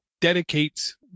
dedicates